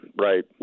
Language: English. right